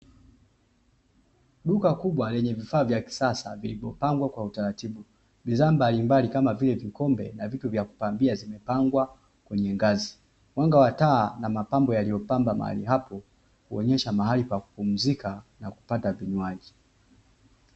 Duka kubwa lenye vifaa vya kisasa vilivyopangwa kwa utaratibu, bidhaa mbalimbali kama vile vikombe na vitu vya kupambia zimepangwa kwenye ngazi, mwanga wa taa na mapambo yaliyopamba mahali hapo huonyesha mahali pa kupumzika na kupata vinywaji.